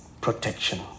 protection